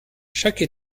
chaque